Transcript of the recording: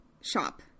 shop